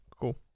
Cool